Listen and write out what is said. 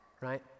right